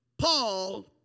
Paul